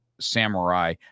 samurai